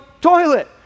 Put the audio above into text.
toilet